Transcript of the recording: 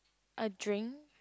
a drink